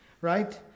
Right